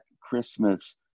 Christmas